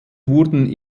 wurden